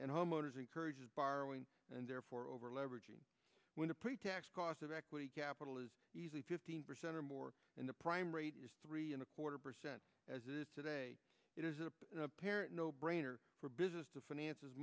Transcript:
and homeowners encourages borrowing and therefore over leveraging when a pretax cost of equity capital is easily fifteen percent or more in the prime rate is three and a quarter percent as it is today it is an apparent no brainer for business to finance as